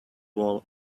wall